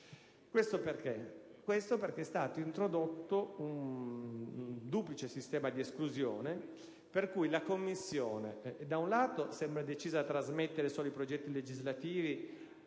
stato infatti introdotto un duplice sistema di esclusione per cui la Commissione, da un lato, sembra decisa a trasmettere solo i progetti legislativi